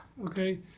Okay